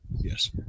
Yes